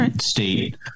state